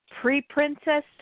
pre-Princess